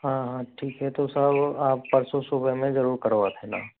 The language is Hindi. हाँ हाँ ठीक है तो साहब आप परसों सुबह में जरूर करवा देना